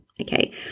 Okay